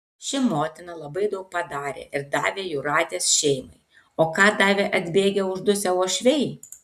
ši motina labai daug padarė ir davė jūratės šeimai o ką davė atbėgę uždusę uošviai